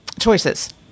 choices